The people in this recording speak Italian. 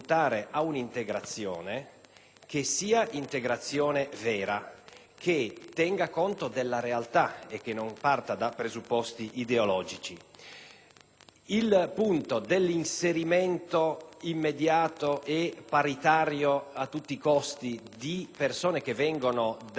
ad un'integrazione vera, che tenga conto della realtà e che non parta da presupposti ideologici. L'inserimento immediato e paritario a tutti i costi di persone che vengono da altri Paesi e